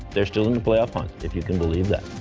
they're still in the playoff hunt if you can believe that.